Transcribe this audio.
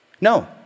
No